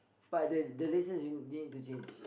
but the the laces you need to change